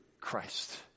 Christ